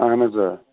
اہن حظ آ